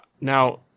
Now